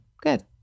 Good